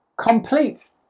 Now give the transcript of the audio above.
Complete